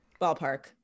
ballpark